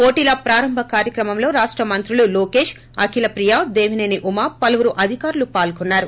పోటిల ప్రారంబ కార్యక్రమంలో రాష్ట మంత్రులు లోకేష్అకిలప్రియ దేవిసేని ఉమా పలువురు అధికారులు తదితరులు పాల్గున్నారు